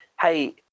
hey